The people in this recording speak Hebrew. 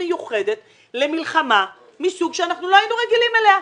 מיוחדת למלחמה מסוג שאנחנו לא היינו רגילים אליה.